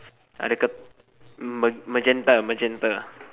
m~ magenta magenta